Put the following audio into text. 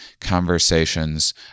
conversations